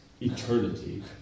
eternity